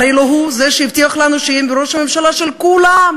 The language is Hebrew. לא הוא שהבטיח לנו שהוא יהיה ראש הממשלה של כולם?